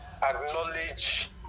acknowledge